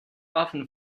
often